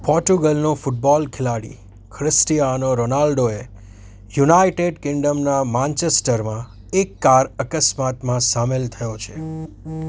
પોર્ટુગલનો football ખેલાડી Cristiano રોનાલ્ડોએ United કિંગડમના માન્ચેસ્ટરમાં એક કાર અકસ્માતમાં સામેલ થયો છે